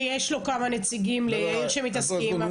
שיש לו כמה נציגים ליאיר שמתעסקים.